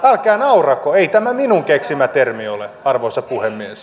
älkää naurako ei tämä minun keksimäni termi ole arvoisa puhemies